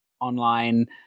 online